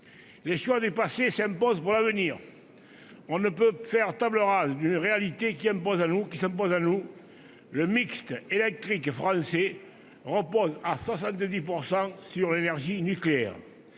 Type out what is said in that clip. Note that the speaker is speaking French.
Les choix du passé s'imposent pour l'avenir. On ne peut faire table rase d'une réalité qui, elle aussi, s'impose à nous : le mix électrique français repose à 70 % sur l'énergie nucléaire.